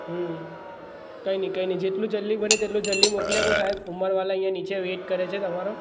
હં કંઇ નહીં કંઇ નહીં જેટલું જલ્દી બને તેટલું જલ્દી મોકલી આપો સાહેબ ઊંમરવાળા અહીંયા નીચે વેટ કરે છે તમારો